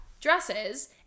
dresses